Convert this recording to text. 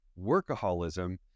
workaholism